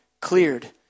cleared